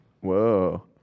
Whoa